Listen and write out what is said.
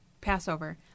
Passover